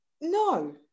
No